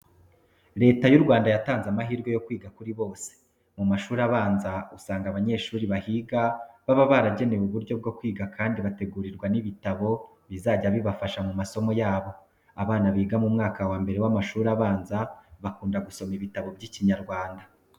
Leta y'u Rwanda yatanze amahirwe yo kwiga kuri bose. Mu mashuri abanza usanga abanyeshuri bahiga baba baragenewe uburyo bwo kwiga kandi bategurirwa n'ibitabo bizajya bibafasha mu masomo yabo. Abana biga mu mwaka wa mbere w'amshuri abanza bakunda gusoma ibitabo by'Ikinyarwanda.